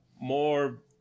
more